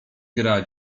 gra